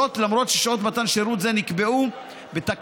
זאת, למרות ששעות מתן שירות זה נקבעו בתקנות.